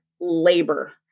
labor